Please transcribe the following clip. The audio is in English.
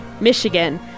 Michigan